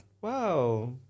Wow